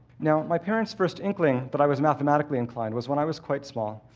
now, my parents' first inkling that i was mathematically inclined was when i was quite small.